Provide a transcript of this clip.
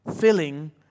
filling